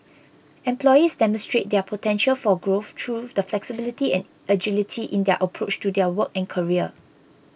employees demonstrate their potential for growth through the flexibility and agility in their approach to their work and career